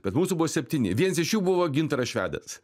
bet mūsų buvo septyni viens iš jų buvo gintaras švedas